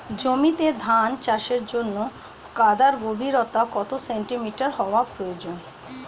জমিতে ধান চাষের জন্য কাদার গভীরতা কত সেন্টিমিটার হওয়া প্রয়োজন?